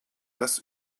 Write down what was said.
das